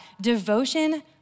devotion